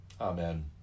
Amen